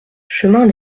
chemin